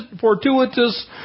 fortuitous